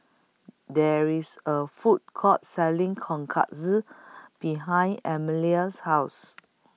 There IS A Food Court Selling Tonkatsu behind Emelia's House